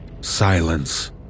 silence